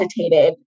agitated